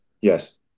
yes